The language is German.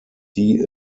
die